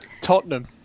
Tottenham